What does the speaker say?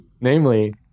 namely